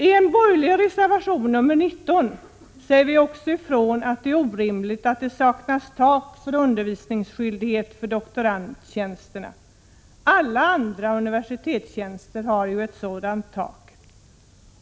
I en borgerlig reservation, nr 19, säger vi också att det är orimligt att det saknas tak för undervisningsskyldigheten för doktorandtjänsterna. Alla andra universitetstjänster har ett sådant tak.